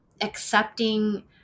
accepting